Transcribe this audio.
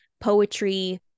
poetry